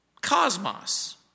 cosmos